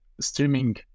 streaming